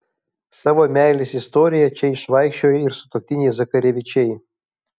savo meilės istoriją čia išvaikščiojo ir sutuoktiniai zakarevičiai